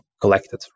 collected